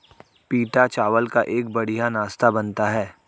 पीटा चावल का एक बढ़िया नाश्ता बनता है